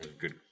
good